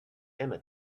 emma